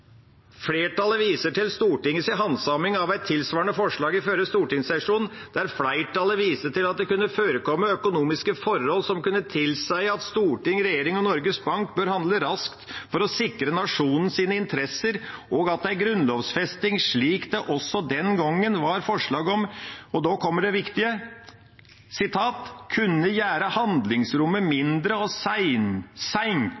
viser til Stortinget si handsaming av eit tilsvarande forslag i førre stortingssesjon, der fleirtalet viste til at det kunne førekome økonomiske forhold som kunne tilseie at storting, regjering og Norges Bank bør handle raskt for å sikre nasjonen sine interesser, og at ei grunnlovfesting slik det også den gongen var forslag om,» – og nå kommer det viktige – «kunne gjere handlingsrommet